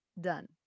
done